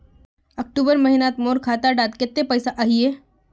अक्टूबर महीनात मोर खाता डात कत्ते पैसा अहिये?